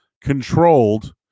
controlled